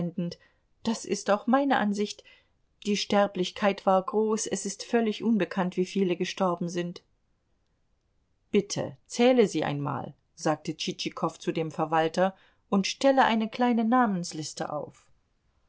das ist auch meine ansicht die sterblichkeit war groß es ist völlig unbekannt wie viele gestorben sind bitte zähle sie einmal sagte tschitschikow zu dem verwalter und stelle eine kleine namensliste auf